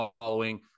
following